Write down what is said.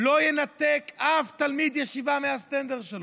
לא ינתקו אף תלמיד ישיבה מהסטנדר שלו.